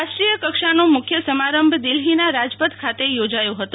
રાષ્ટ્રીય કક્ષાનો મુખ્ય સમારંભ દિલ્હીના રાજપથ ખાતે યોજાયો હતો